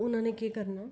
उना ने केह् करना